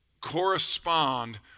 correspond